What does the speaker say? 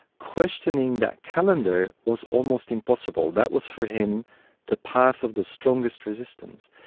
questioning that calendar was almost impossible. that was for him the path of the strongest resistance.